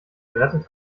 gerettet